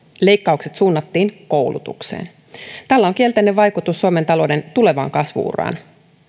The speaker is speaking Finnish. leikkaukset suunnattiin koulutukseen tällä on kielteinen vaikutus suomen talouden tulevaan kasvu uraan